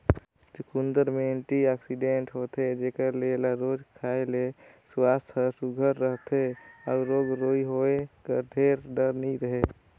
चुकंदर में एंटीआक्सीडेंट होथे जेकर ले एला रोज खाए ले सुवास्थ हर सुग्घर रहथे अउ रोग राई होए कर ढेर डर नी रहें